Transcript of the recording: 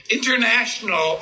International